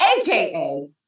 AKA